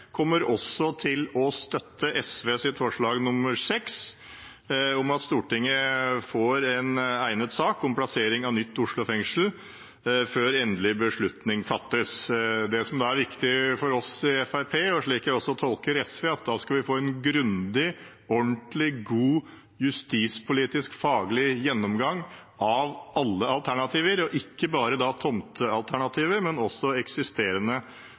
kommer også til å støtte SVs forslag, nr. 6, om at Stortinget får en «egen sak om plassering av nytt Oslo fengsel før endelig beslutning fattes.» Det som er viktig for oss i Fremskrittspartiet, og det er slik jeg tolker SV, er at da skal vi få en grundig, ordentlig, god justispolitisk faglig gjennomgang av alle alternativer – ikke bare tomtealternativene, men også eksisterende